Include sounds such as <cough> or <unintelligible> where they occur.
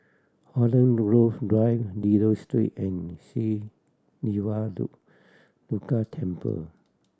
Holland Grove Drive Dido Street and Sri Siva <unintelligible> Durga Temple